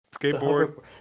skateboard